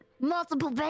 multiple